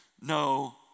no